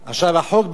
בעצם,